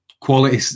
quality